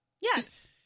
Yes